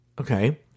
Okay